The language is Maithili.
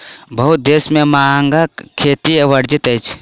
बहुत देश में भांगक खेती वर्जित अछि